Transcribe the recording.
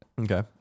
Okay